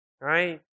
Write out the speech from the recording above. Right